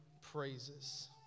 praises